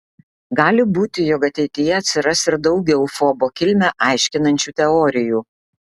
gali būti jog ateityje atsiras ir daugiau fobo kilmę aiškinančių teorijų